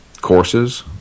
courses